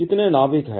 कितने नाभिक हैं